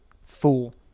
fool